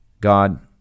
God